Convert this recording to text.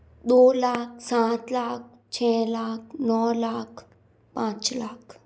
दो लाख सात लाख छः लाख नौ लाख पाँच लाख